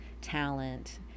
talent